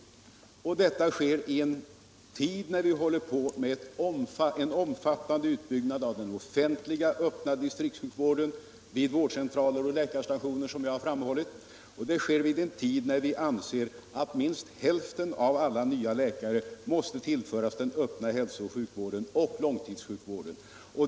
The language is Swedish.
Som jag redan framhållit sker detta i en tid då vi håller på med en omfattande utbyggnad av den offentliga, öppna distriktssjukvården vid vårdcentralerna och långtidssjukvården. Det sker i en tid då vi anser att minst hälften av alla nya läkare måste tillföras den öppna hälso och sjukvården samt långtidssjukvården.